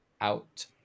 out